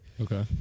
Okay